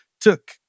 took